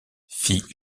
fit